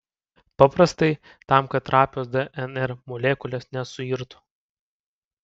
paprastai tam kad trapios dnr molekulės nesuirtų